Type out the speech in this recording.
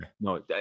no